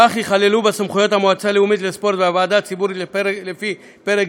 כך תיכלל בסמכויות המועצה הלאומית לספורט והוועדה הציבורית לפי פרק